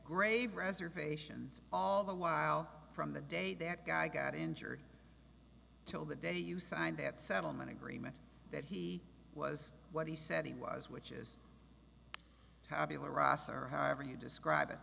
grave reservations all the while from the day that guy got injured till the day you signed that settlement agreement that he was what he said he was which is tabula rasa or however you describe it